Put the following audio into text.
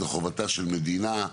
זו חובתה של מדינה.